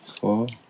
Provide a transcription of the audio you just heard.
Cool